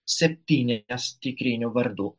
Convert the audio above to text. septynias tikrinių vardų